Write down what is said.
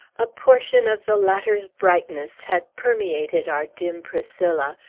a portion of the latter's brightness had permeated our dim priscilla,